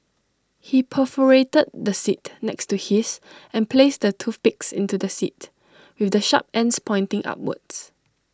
he perforated the seat next to his and placed the toothpicks into the seat with the sharp ends pointing upwards